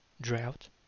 drought